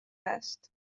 است